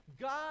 God